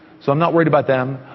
so i'm not worried about them,